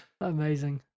amazing